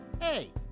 Hey